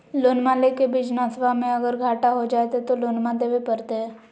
लोनमा लेके बिजनसबा मे अगर घाटा हो जयते तो लोनमा देवे परते?